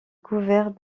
couverts